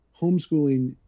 homeschooling